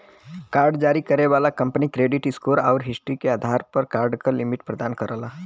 card जारी करे वाला कंपनी क्रेडिट स्कोर आउर हिस्ट्री के आधार पर कार्ड क लिमिट प्रदान करला